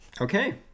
Okay